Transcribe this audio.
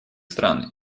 стран